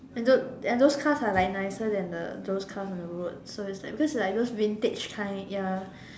and those and those cars are like nicer than the those cars on the road so is like because like those vintage kind ya